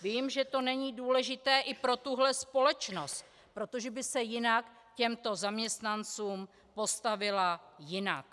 Vím, že to není důležité i pro tuhle společnost, protože by se jinak k těmto zaměstnancům postavila jinak.